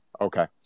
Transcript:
Okay